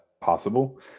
possible